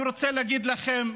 אני רוצה להגיד לכם,